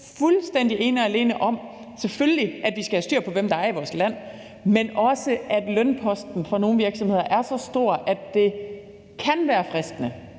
rigtigt nok siger, om, at vi selvfølgelig skal have fuldstændig styr på, hvem der er i vores land, men det handler også om, at lønposten for nogle virksomheder er så stor, at det kan være fristende